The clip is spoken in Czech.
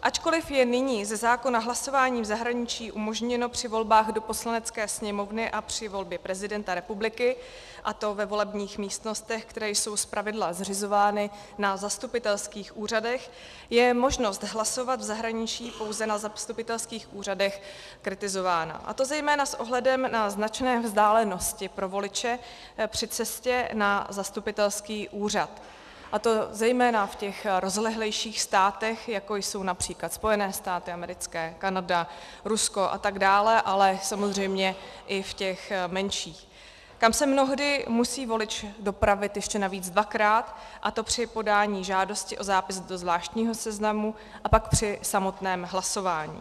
Ačkoliv je nyní ze zákona hlasování v zahraničí umožněno při volbách do Poslanecké sněmovny a při volbě prezidenta republiky, a to ve volebních místnostech, které jsou zpravidla zřizovány na zastupitelských úřadech, je možnost hlasovat v zahraničí pouze na zastupitelských úřadech kritizována, a to zejména s ohledem na značné vzdálenosti pro voliče při cestě na zastupitelský úřad, a to zejména v těch rozlehlejších státech, jako jsou např. Spojené státy americké, Kanada, Rusko atd., ale samozřejmě i v těch menších, kam se mnohdy musí volič dopravit ještě navíc dvakrát, a to při podání žádosti o zápis do zvláštního seznamu a pak při samotném hlasování.